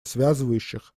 связывающих